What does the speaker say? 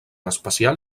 especial